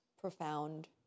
profound